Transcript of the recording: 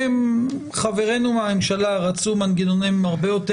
חברינו מהממשלה רצו מנגנונים הרבה יותר